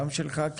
גם של ח"כים,